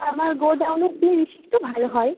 আমার গোডাউনের জিনিস তো ভালো হয়